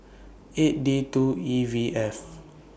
eight D two E V F